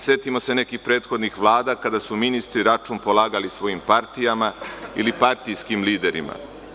Setimo se nekih prethodnih vlada kada su ministri račun polagali svojim partijama ili partijskim liderima.